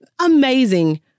amazing